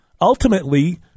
ultimately